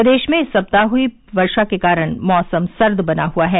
प्रदेश में इस सप्ताह हुई वर्षा के कारण मैसम सर्द बना हुआ है